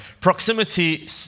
Proximity